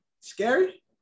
Scary